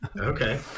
Okay